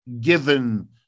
given